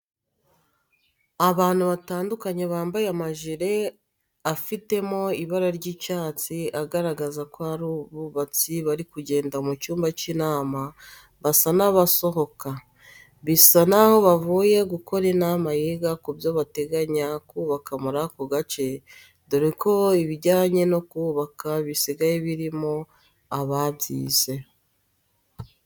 Abanti batandukanye bambaye amajiri afitemo ibara ry'icyatsi agaragaza ko ari abubatsi bari kugenda mu cyumba cy'inama basa n'abasohoka. Bisa naho bavuye gukora inama yiga ku byo bateganya kubaka muri ako gace dore ko ibijyanye no kubaka bisigaye birimo ababyize.